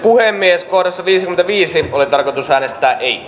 puhemies on viisi viisi ole tarkoitus äänestää ei